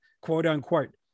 quote-unquote